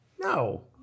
No